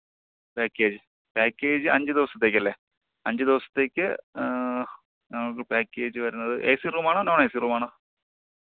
package package അഞ്ച് ദിവസത്തേക്കല്ലെ അഞ്ചു ദിവസത്തേക്ക് നമുക്ക് പാക്കേജ് വരുന്നത് ഏ സീ റൂമാണോ നോൺ ഏ സീ റൂമാണോ